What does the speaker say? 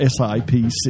SIPC